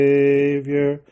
Savior